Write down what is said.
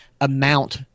amount